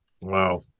wow